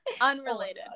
unrelated